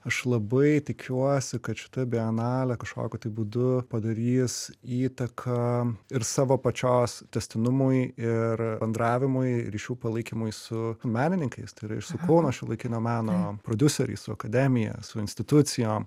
aš labai tikiuosi kad šita bienalė kažkokiu tai būdu padarys įtaką ir savo pačios tęstinumui ir bendravimui ryšių palaikymui su menininkais tai yra ir su kauno šiuolaikinio meno prodiuseriais su akademija su institucijom